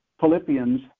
Philippians